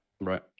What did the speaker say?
right